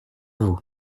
vous